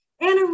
Anna